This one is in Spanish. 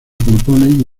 componen